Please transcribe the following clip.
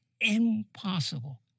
impossible